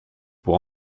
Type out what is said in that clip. pour